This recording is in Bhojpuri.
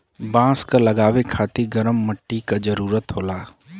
बांस क लगावे खातिर गरम मट्टी क जरूरत होला